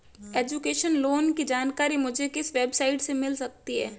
Education loan की जानकारी मुझे किस वेबसाइट से मिल सकती है?